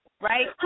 right